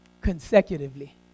consecutively